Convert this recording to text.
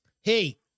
Hey